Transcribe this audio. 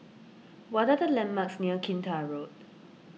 what are the landmarks near Kinta Road